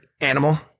animal